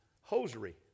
hosiery